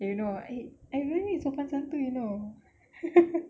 you know ah eh I really sopan santun you know